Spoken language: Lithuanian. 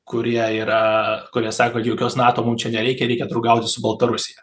kurie yra kurie sako jokios nato mums čia nereikia reikia draugauti su baltarusija